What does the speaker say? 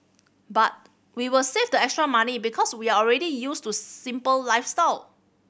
but we will save the extra money because we are already used to simple lifestyle